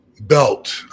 belt